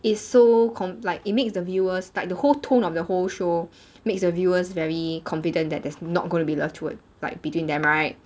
is so com~ like it makes the viewers like the whole tone of the whole show makes the viewers very confident that there's not going to be love toward like between them right